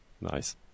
Nice